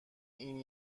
این